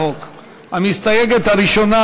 המסתייגת הראשונה,